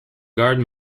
guard